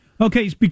Okay